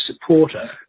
supporter